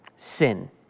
sin